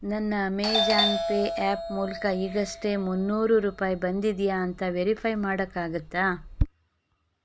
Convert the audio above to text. ನನ್ನ Amazon Pay app ಮೂಲಕ ಈಗಷ್ಟೇ ಮುನ್ನೂರು ರೂಪಾಯಿ ಬಂದಿದೆಯಾ ಅಂತ ವೆರಿಫೈ ಮಾಡೋಕ್ಕಾಗತ್ತಾ